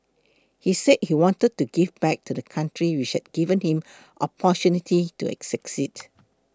he said he wanted to give back to the country which had given him opportunities to succeed